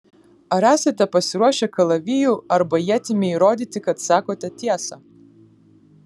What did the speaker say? ar esate pasiruošę kalaviju arba ietimi įrodyti kad sakote tiesą